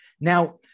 Now